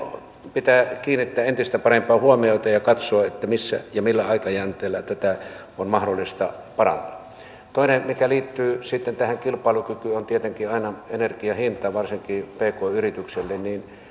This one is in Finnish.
pitää kiinnittää entistä parempaa huomiota ja katsoa missä ja millä aikajänteellä tätä on mahdollista parantaa toinen mikä liittyy sitten tähän kilpailukykyyn on tietenkin aina energian hinta varsinkin pk yritykselle